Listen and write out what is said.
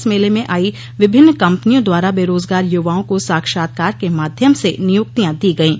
इस मेले में आई विभिन्न कम्पनियों द्वारा बेरोजगारों युवाओं को साक्षातकर के माध्यम से नियुक्तियां दी गयी